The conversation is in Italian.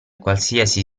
qualsiasi